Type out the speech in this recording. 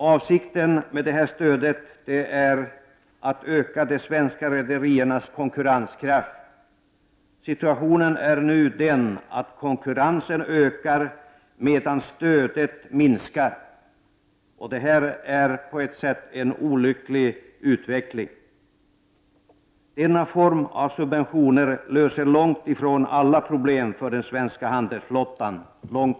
Avsikten med stödet är att öka de svenska rederiernas konkurrenskraft. Situationen är nu den att konkurrensen ökar medan stödet minskar. Detta är på ett sätt en olycklig utveckling. Denna form av subventioner löser långt ifrån alla problem för den svenska handelsflottan.